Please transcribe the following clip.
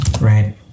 right